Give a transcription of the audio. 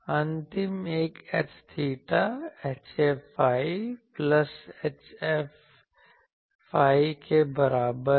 अंतिम एक H𝚹 ϕ plus ϕ के बराबर है